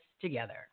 together